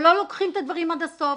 שלא לוקחים את הדברים עד הסוף,